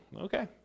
Okay